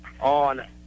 on